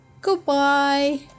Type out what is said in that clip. Goodbye